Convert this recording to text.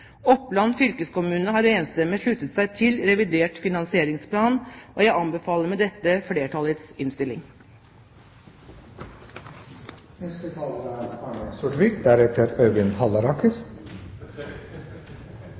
Oppland fylkeskommune. Oppland fylkeskommune har enstemmig sluttet seg til revidert finansieringsplan. Jeg anbefaler med dette flertallets